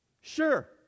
Sure